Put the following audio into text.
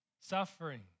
suffering